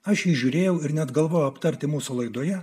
aš įžiūrėjau ir neapgalvojau aptarti mūsų laidoje